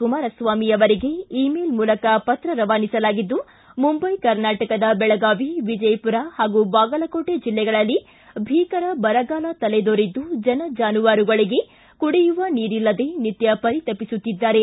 ಕುಮಾರಸ್ವಾಮಿ ಅವರಿಗೆ email ಮೂಲಕ ಪತ್ರ ರವಾನಿಸಲಾಗಿದ್ದು ಮುಂಬಯಿ ಕರ್ನಾಟಕದ ಬೆಳಗಾವಿ ವಿಜಯಪೂರ ಹಾಗೂ ಬಾಗಲಕೋಟೆ ಜೆಲ್ಲೆಗಳಲ್ಲಿ ಭೀಕರ ಬರಗಾಗಲ ತಲೆದೋರಿದ್ದು ಜನ ಜಾನುವಾರುಗಳಿಗೆ ಕುಡಿಯುವ ನೀರಿಲ್ಲದೆ ನಿತ್ತ ಪರಿತಪಿಸುತ್ತಿದ್ದಾರೆ